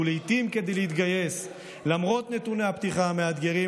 ולעיתים כדי להתגייס למרות נתוני הפתיחה המאתגרים,